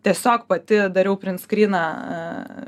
tiesiog pati dariau print skryną